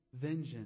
vengeance